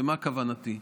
ומה כוונתי?